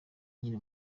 nkiri